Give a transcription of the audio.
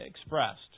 expressed